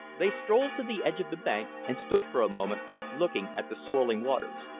they strolled to the edge of the bank and stood for a moment looking at the swirling waters.